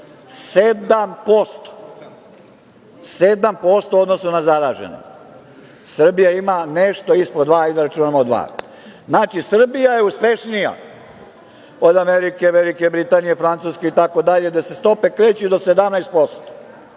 7% u odnosu na zaražene. Srbija ima nešto ispod dva, ali da računamo dva. Znači, Srbija je uspešnija od Amerike, Velike Britanije, Francuske, itd, gde se stope kreću i do 17%,